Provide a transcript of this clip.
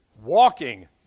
Walking